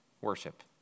worship